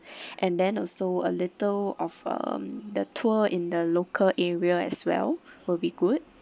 and then also a little of uh the tour in the local area as well will be good